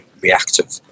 reactive